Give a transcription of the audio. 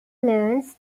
learns